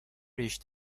ریش